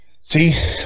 see